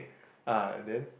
uh then